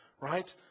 Right